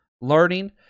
learning